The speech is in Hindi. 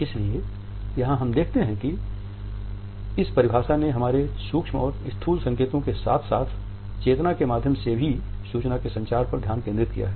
इसलिए यहाँ हम देखते हैं कि इस परिभाषा ने हमारे सूक्ष्म और स्थूल संकेतों के साथ साथ चेतना के माध्यम से भी सूचना के संचार पर ध्यान केंद्रित किया है